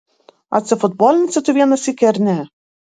atsifutbolinsi tu vieną sykį ar ne